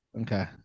Okay